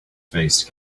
faced